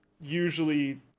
Usually